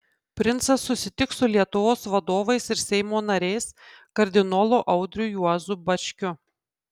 princas susitiks su lietuvos vadovais ir seimo nariais kardinolu audriu juozu bačkiu